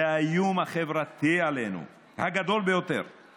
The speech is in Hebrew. זה האיום החברתי הגדול ביותר עלינו.